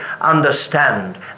understand